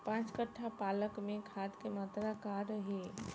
पाँच कट्ठा पालक में खाद के मात्रा का रही?